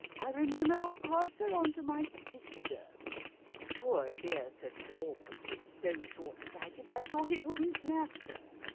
i remember i passed her on to my sister poor dear sir george is so short-sighted, i thought it wouldn't matter.